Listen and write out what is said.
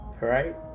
right